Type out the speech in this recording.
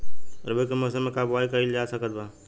रवि के मौसम में का बोआई कईल जा सकत बा?